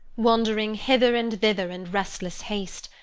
wandering hither and thither in restless haste,